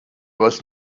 was